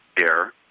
air